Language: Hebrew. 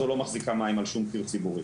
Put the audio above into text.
"לא מחזיקה מים" על שום גוף ציבורי,